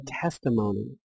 testimony